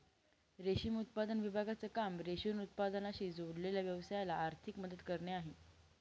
रेशम उत्पादन विभागाचं काम रेशीम उत्पादनाशी जोडलेल्या व्यवसायाला आर्थिक मदत करणे आहे